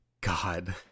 god